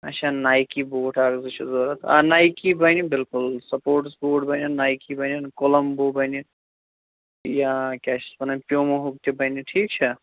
اَچھا Nike boot اَکھ زٕ چھِ ضروٗرت آ نایکی بَنہِ بِلکُل سپورٹٕس بوٗٹھ بَنن نایکی بَنن کولَمبوٗ بَنہِ یا کیٛاہ چھِ اَتھ وَنان پوموہُک تہِ بَنہِ ٹھیٖک چھا